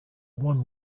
one